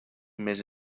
més